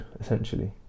essentially